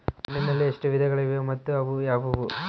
ಮಣ್ಣಿನಲ್ಲಿ ಎಷ್ಟು ವಿಧಗಳಿವೆ ಮತ್ತು ಅವು ಯಾವುವು?